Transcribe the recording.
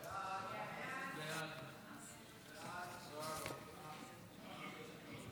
חוק הגנת הצרכן (תיקון